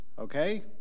okay